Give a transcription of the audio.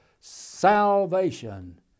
salvation